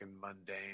mundane